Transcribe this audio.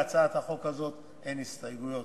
להצעת החוק הזאת אין הסתייגויות,